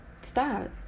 Stop